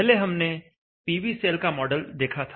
पहले हमने PV cell का मॉडल देखा था